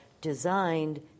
designed